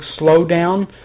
slowdown